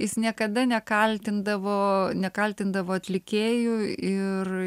jis niekada nekaltindavo nekaltindavo atlikėjų ir